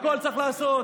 הכול צריך לעשות.